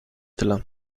tyle